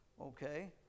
Okay